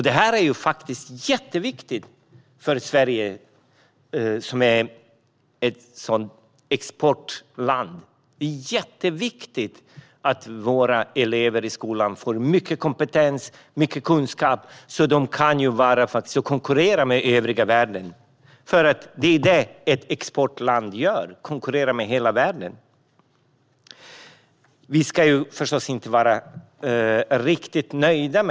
Det är viktigt för exportlandet Sverige. Det är viktigt att våra elever i skolan får mycket kompetens och kunskap så att de kan konkurrera med övriga världen. Ett exportland konkurrerar med hela världen. Vi kan förstås inte vara riktigt nöjda.